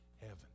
heaven